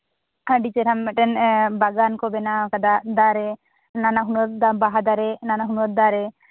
ᱟᱹᱰᱤ ᱪᱮᱨᱦᱟ ᱢᱤᱫᱴᱮᱱ ᱵᱟᱜᱟᱱ ᱠᱚ ᱵᱮᱱᱟᱣ ᱟᱠᱟᱫᱟ ᱫᱟᱨᱮ ᱱᱟᱱᱟᱼᱦᱩᱱᱟᱹᱨ ᱵᱟᱦᱟ ᱫᱟᱨᱮ ᱱᱟᱱᱟᱼᱦᱩᱱᱟᱹᱨ ᱫᱟᱨᱮ